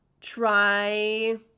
try